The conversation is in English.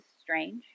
strange